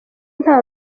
nta